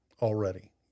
already